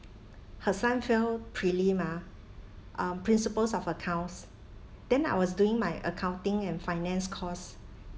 her son failed prelim ah um principles of accounts then I was doing my accounting and finance course